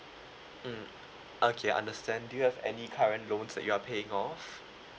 mm okay understand do you have any current loans that you are paying off